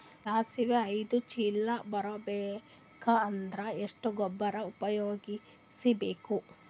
ಸಾಸಿವಿ ಐದು ಚೀಲ ಬರುಬೇಕ ಅಂದ್ರ ಎಷ್ಟ ಗೊಬ್ಬರ ಉಪಯೋಗಿಸಿ ಬೇಕು?